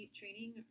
training